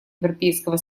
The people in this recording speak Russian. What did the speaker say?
европейского